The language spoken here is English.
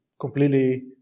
completely